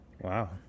Wow